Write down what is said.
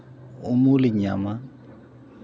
ᱩᱢᱩᱞᱤᱧ ᱧᱟᱢᱟ